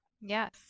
Yes